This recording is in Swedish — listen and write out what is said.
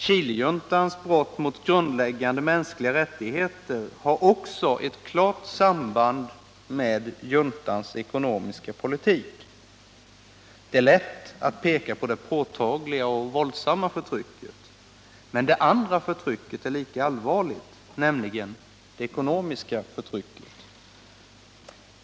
Chilejuntans brott mot grundläggande mänskliga rättigheter har också ett klart samband med dess ekonomiska politik. Det är lätt att peka på det påtagliga och våldsamma förtrycket. Men det andra förtrycket är lika allvarligt, nämligen det ekonomiska förtrycket.